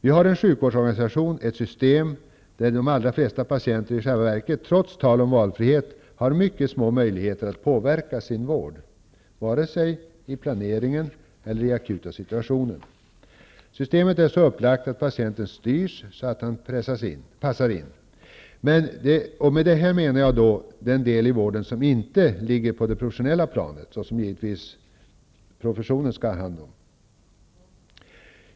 Vi har en sjukvårdsorganisation där de allra flesta patienter i själva verket, trots allt tal om valfrihet, har mycket små möjligheter att påverka sin vård vare sig i planeringen eller i akuta situationer. Systemet är så upplagt att patienten styrs så att patienten passar in. Med detta avser jag den del i vården som inte rör frågor på det professionella planet, något som givetvis professionen skall ha hand om.